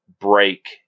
break